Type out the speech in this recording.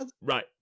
right